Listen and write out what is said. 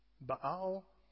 Baal